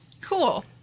Cool